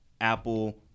Apple